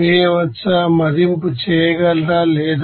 వేయవచ్చామదింపు చేయగలరా లేదా